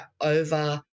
over